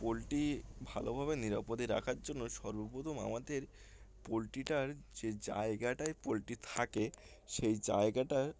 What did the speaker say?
poultry ভালোভাবে নিরাপদে রাখার জন্য সর্বপ্রথম আমাদের পোলট্রিটার যে জায়গাটায় পোলট্রি থাকে সেই জায়গাটার